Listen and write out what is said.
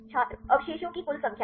छात्र अवशेषों की कुल संख्या